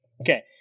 Okay